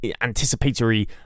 anticipatory